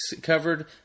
covered